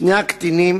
שני הקטינים